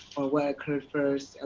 or what occurred first, ah